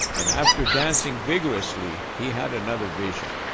and after dancing vigorously, he had another vision.